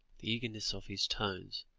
the eagerness of his tones,